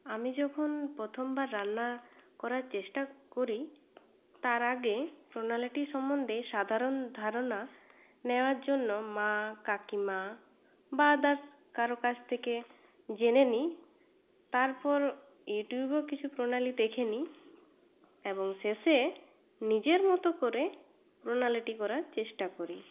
আমি যখন প্রথমবার রান্না করার চেষ্টা করি তার আগে প্রণালীটি সম্বন্ধে সাধারণ ধারণা নেওয়ার জন্য মা কাকিমা বা আদারস কারো কাছ থেকে জেনে নিই তারপর ইউটিউবেও কিছু প্রণালী দেখে নিই এবং শেষে নিজের মতো করে প্রণালীটি করার চেষ্টা করি